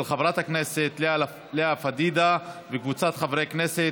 של חברת הכנסת לאה פדידה וקבוצת חברי הכנסת.